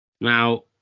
Now